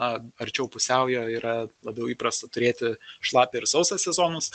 a arčiau pusiaujo yra labiau įprasta turėti šlapią ir sausą sezonus